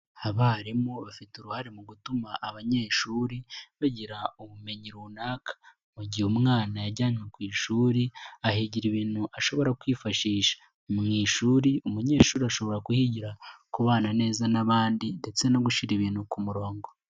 Abarimu bafite uruhare mu gutuma abanyeshuri bagira ubumenyi runaka, mu gihe umwana yajyanywe ku ishuri, ahigira ibintu ashobora kwifashisha. Mu ishuri umunyeshuri ashobora kuhigira kubana neza n'abandi, ndetse no gushyira ibintu ku murongo.